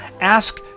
ask